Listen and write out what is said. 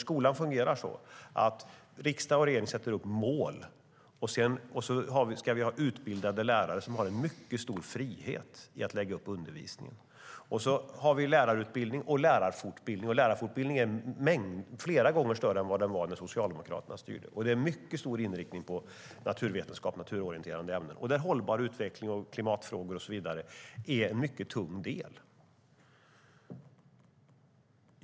Skolan fungerar nämligen på det sättet att riksdag och regering sätter upp mål. Sedan ska vi ha utbildade lärare som har en mycket stor frihet att lägga upp undervisningen. Vi har också lärarutbildning och lärarfortbildning. Lärarfortbildningen är flera gånger större än den var när Socialdemokraterna styrde. Det är mycket stor inriktning på naturvetenskap och naturorienterande ämnen. Hållbar utveckling, klimatfrågor och så vidare är en mycket tung del.